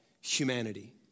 humanity